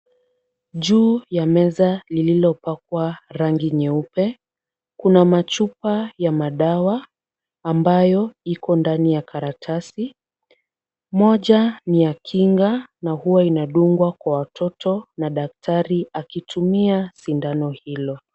Juu ya meza lililopakwa rangi nyeupe, kuna machupa ya madawa ambayo iko ndani ya karatasi, moja ni ya kinga na huwa inadungwa kwa watoto na daktari akitumia sindano hilo.